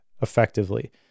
effectively